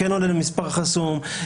כן עונה למספר חסום,